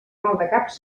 maldecaps